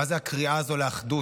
מה זו הקריאה הזו לאחדות?